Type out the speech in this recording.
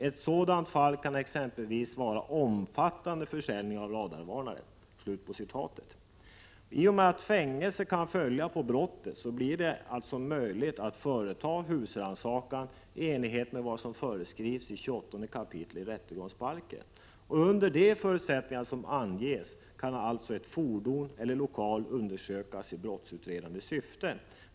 Ett sådant fall kan exempelvis vara omfattande försäljning av radarvarnare.” I och med att fängelse kan följa på brottet blir det alltså möjligt att företa husrannsakan i enlighet med vad som föreskrivs i 28 kap. rättegångsbalken. Under de förutsättningar som anges kan alltså ett fordon eller en lokal undersökas i brottsutredande syfte.